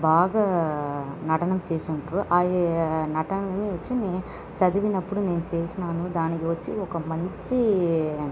బాగా నటన చేసి ఉంటరు ఆ నటన వచ్చి చదివినప్పుడు నేను చేసినాను దానికి వచ్చి ఒక మంచి